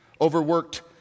overworked